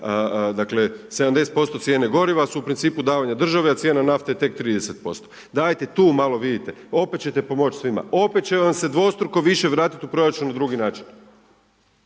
dakle 70% cijene goriva, su u principu davanja državi, a cijena nafte je tek 30%. Dajte tu malo vidite. Opet ćete pomoći svima, opet će vam se dvostruko više vratit u proračun na drugi način.